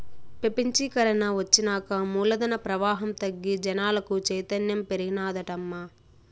పెపంచీకరన ఒచ్చినాక మూలధన ప్రవాహం తగ్గి జనాలకు చైతన్యం పెరిగినాదటమ్మా